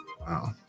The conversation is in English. wow